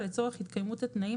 לרבות היתר זמני,